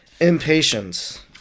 impatience